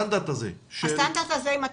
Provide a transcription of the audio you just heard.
מאה?